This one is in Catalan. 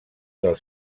del